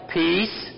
peace